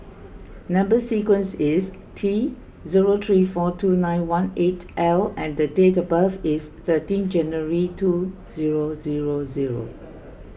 Number Sequence is T zero three four two nine one eight L and date of birth is thirteen January two zero zero zero